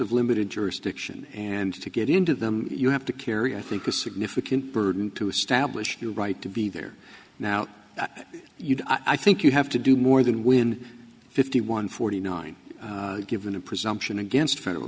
of limited jurisdiction and to get into them you have to carry i think a significant burden to establish your right to be there now you know i think you have to do more than when fifty one forty nine given a presumption against federal